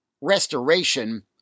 restoration